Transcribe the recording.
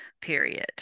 period